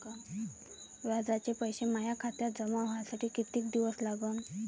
व्याजाचे पैसे माया खात्यात जमा व्हासाठी कितीक दिवस लागन?